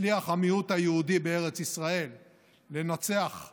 המאבק הלאומי בין יהודים לערבים בארץ ישראל בעת החדשה הוא ארוך שנים.